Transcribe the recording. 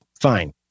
Fine